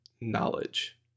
knowledge